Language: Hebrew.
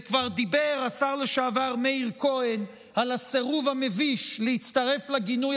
וכבר דיבר השר לשעבר מאיר כהן על הסירוב המביש להצטרף לגינוי